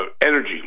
energy